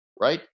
right